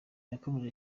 yakomeje